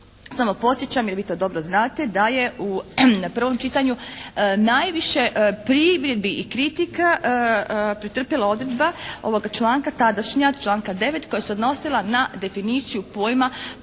Samo podsjećam jer vi to dobro znate da je u, na prvom čitanju najviše primjedbi i kritika pretrpjela odredba ovoga članka, tadašnja, članka 9. koja se odnosila na definiciju pojma onoga podatka